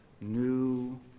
new